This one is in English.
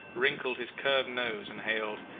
wrinkled his curved nose and hailed,